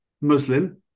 Muslim